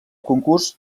concurs